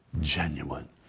genuine